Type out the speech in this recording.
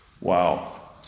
Wow